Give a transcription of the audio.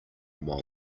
while